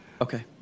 Okay